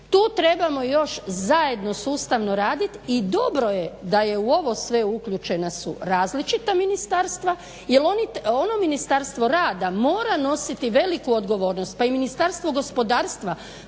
Tu trebamo još zajedno sustavno raditi i dobro je da je u ovo sve uključena su različita ministarstva. Jer ono Ministarstvo rada mora nositi veliku odgovornost pa i Ministarstvo gospodarstva.